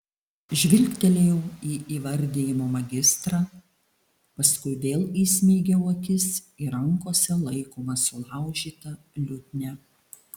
žvilgtelėjau į įvardijimo magistrą paskui vėl įsmeigiau akis į rankose laikomą sulaužytą liutnią